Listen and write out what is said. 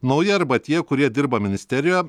nauji arba tie kurie dirba ministerijoje